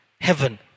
heaven